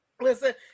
Listen